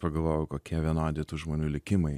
pagalvojau kokie vienodi tų žmonių likimai